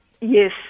Yes